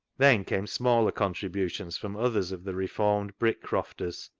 then came smaller contributions from others of the reformed brick-crofters,